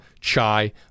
chai